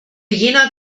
jener